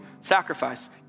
Sacrifice